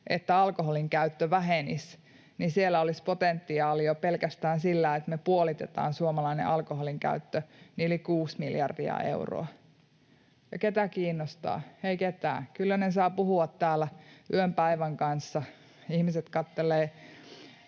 että alkoholinkäyttö vähenisi, niin siellä olisi potentiaali jo pelkästään sillä, että me puolitetaan suomalainen alkoholinkäyttö, yli kuusi miljardia euroa. Ja ketä kiinnostaa? Ei ketään. Kyllä ne saavat puhua täällä yön, päivän kanssa. Ihmiset katselevat,